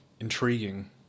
intriguing